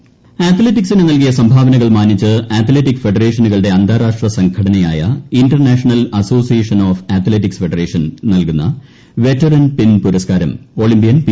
ഉഷ അത്ലറ്റിക്സിന് നൽകിയ സംഭാവനകൾ മാനിച്ച് അത്ലറ്റിക് ഫെഡറേഷനുകളുടെ അന്താരാഷ്ട്ര സംഘടനയായ international association of athletics federation നൽകുന്ന വെറ്ററൻ പിൻ പുരസ്കാരം ഒളിമ്പ്യൻ പി